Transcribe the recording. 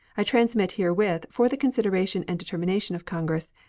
i transmit herewith, for the consideration and determination of congress,